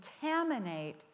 contaminate